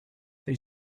they